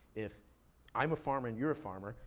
if i'm a farmer and you're a farmer,